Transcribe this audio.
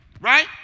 right